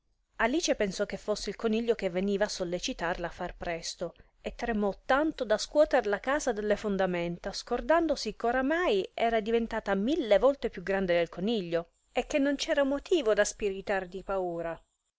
alice pensò che fosse il coniglio che veniva a sollecitarla a far presto e tremò tanto da scuoter la casa dalle fondamenta scordandosi ch'oramai era diventata mille volte più grande del coniglio e che non c'era motivo da spiritar di paura